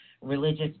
religious